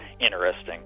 interesting